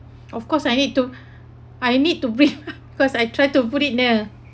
of course I need to I need to breathe cause I try to put it near